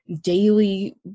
daily